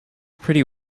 pretty